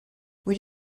would